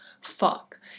fuck